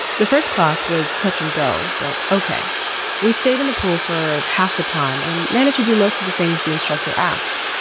the first class was touch and go but ok we stayed in the pool for half a time and managed to do most of the things the instructor asked.